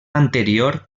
anterior